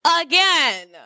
again